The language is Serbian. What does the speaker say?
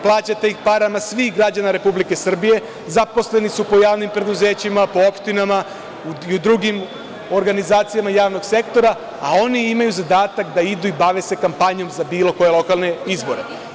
Plaćate ih parama svih građana Republike Srbije, zaposleni su po javnim preduzećima, po opštinama i u drugim organizacijama javnog sektora, a oni imaju zadatak da idu i bave se kampanjom za bilo koje lokalne izbore.